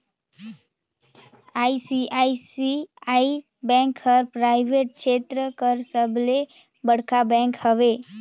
ICICI bank हर private छेत्र कर सबले बड़खा बेंक हवे